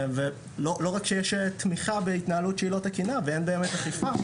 לא רק שיש תמיכה בהתנהלות שהיא לא תקינה ואין באמת אכיפה,